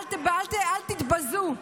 אל תתבזו.